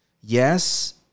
Yes